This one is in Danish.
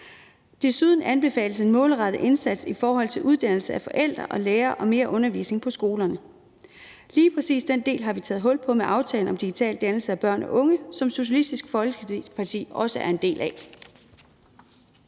Desuden anbefales en målrettet indsats i forhold til uddannelse af forældre og lærere og mere undervisning på skolerne. Lige præcis den del har vi taget hul på med aftalen om digital dannelse af børn og unge, som Socialistisk Folkeparti også er en del af.